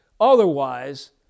Otherwise